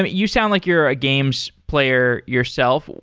ah you sound like you're a games player yourself.